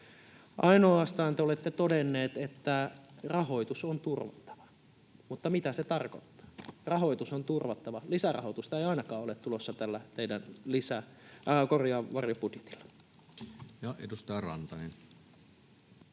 Ainoastaan te olette todenneet, että rahoitus on turvattava. Mutta mitä se tarkoittaa? Rahoitus on turvattava. Lisärahoitusta ei ainakaan ole tulossa tällä teidän varjobudjetilla. [Speech 240]